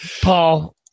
Paul